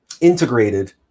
integrated